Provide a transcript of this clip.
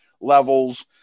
levels